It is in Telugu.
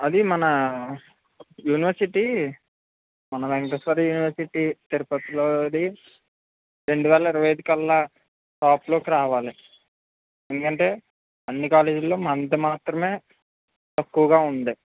అది మన యూనివర్సిటీ మన వెంకటేశ్వర యూనివర్సిటీ తిరుపతి లోది రెండు వేళ ఇరవై ఐదు కల్లా టాప్ లోకి రావాలి ఎందుకంటే అన్ని కాలేజీ లలో మనది మాత్రమే తక్కువగా ఉంది